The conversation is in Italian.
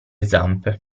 zampe